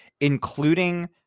including